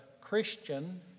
Christian